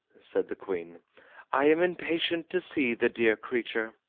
said the queen i am impatient to see the dear creature.